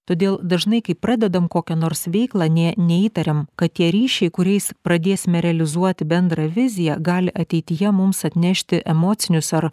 todėl dažnai kai pradedam kokią nors veiklą nė neįtariam kad tie ryšiai kuriais pradėsime realizuoti bendrą viziją gali ateityje mums atnešti emocinius ar